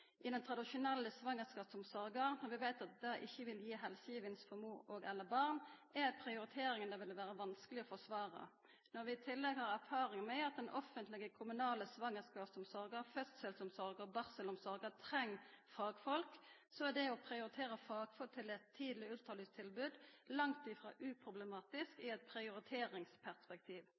i den tradisjonelle svangerskapsomsorga når vi veit at dette ikkje vil gi helsegevinst for mor og/eller barn, er ei prioritering det vil vera vanskeleg å forsvara. Når vi i tillegg har erfaring med at den offentlege kommunale svangerskapsomsorga, fødselsomsorga og barselomsorga treng fagfolk, er det å prioritera fagfolk til eit tidleg ultralydtilbod langt frå uproblematisk i eit prioriteringsperspektiv.